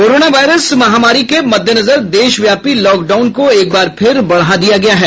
corona virus महामारी के मद्देनजर देशव्यापी लॉकडाउन को एक बार फिर बढ़ा दिया गया है